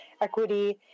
equity